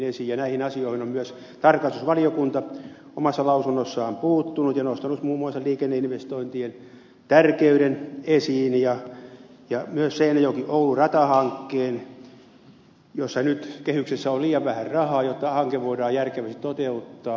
näihin asioihin on myös tarkastusvaliokunta omassa lausunnossaan puuttunut ja nostanut muun muassa liikenneinvestointien tärkeyden esiin ja myös seinäjokioulu ratahankkeen jossa nyt kehyksessä on liian vähän rahaa jotta hanke voidaan järkevästi toteuttaa